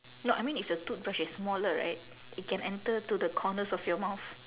no I mean if the toothbrush is smaller right it can enter to the corners of your mouth